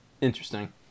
Interesting